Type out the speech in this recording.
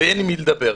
ואין עם מי לדבר.